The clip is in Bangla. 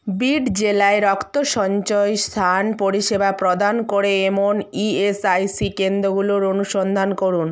বিড জেলায় রক্ত সঞ্চয়স্থান পরিষেবা প্রদান করে এমন ই এস আই সি কেন্দ্রগুলোর অনুসন্ধান করুন